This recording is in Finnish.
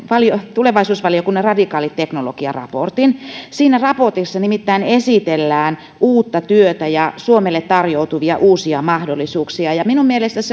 tulevaisuusvaliokunnan radikaalit teknologiat raportin siinä raportissa nimittäin esitellään uutta työtä ja suomelle tarjoutuvia uusia mahdollisuuksia ja minun mielestäni